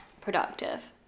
productive